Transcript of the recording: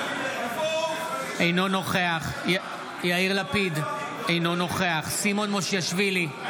אינו נוכח יאיר לפיד, אינו נוכח סימון מושיאשוילי,